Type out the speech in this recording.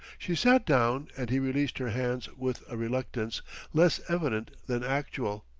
she sat down and he released her hands with a reluctance less evident than actual.